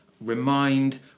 Remind